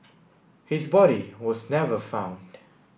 his body was never found